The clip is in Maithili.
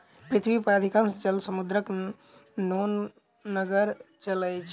पृथ्वी पर अधिकांश जल समुद्रक नोनगर जल अछि